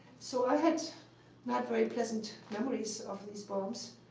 so i had not very pleasant memories of these bombs.